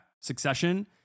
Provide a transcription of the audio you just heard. Succession